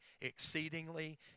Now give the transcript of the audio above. Exceedingly